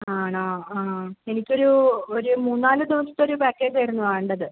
ആണോ ആ എനിക്ക് ഒരു ഒരു മൂന്ന് നാല് ദിവസത്തെ ഒരു പാക്കേജ് ആയിരുന്നു വേണ്ടത്